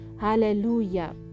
hallelujah